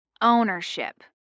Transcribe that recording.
ownership